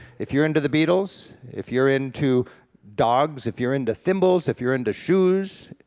if you're into the beatles, if you're into dogs, if you're into thimbles, if you're into shoes,